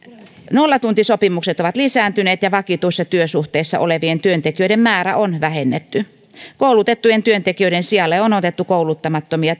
nollatuntisopimukset ovat lisääntyneet ja vakituisissa työsuhteissa olevien työntekijöiden määrää on vähennetty koulutettujen työntekijöiden sijalle on otettu kouluttamattomia